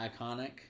iconic